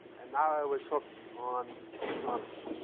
and now i was hooked on astronomy.